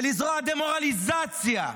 בלזרוע דה-מורליזציה,